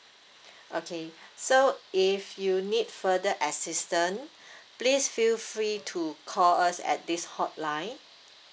okay so if you need further assistance please feel free to call us at this hotline